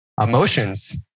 emotions